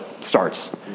starts